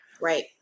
right